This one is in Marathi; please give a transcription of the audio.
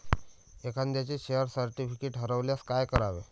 एखाद्याचे शेअर सर्टिफिकेट हरवल्यास काय करावे?